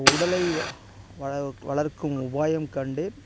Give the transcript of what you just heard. உடலை வள வளர்க்கும் உபாயம் கண்டு